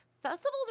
Festivals